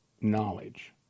knowledge